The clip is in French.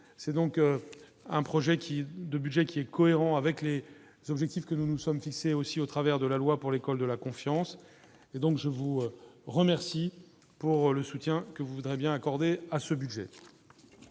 c'est donc un projet qui de budget qui est cohérent avec les objectifs que nous nous sommes fixés aussi au travers de la loi pour l'école de la confiance et donc je vous remercie pour le soutien que vous voudrez bien accorder à ce budget.